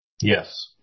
Yes